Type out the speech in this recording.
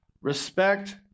respect